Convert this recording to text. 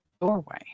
Doorway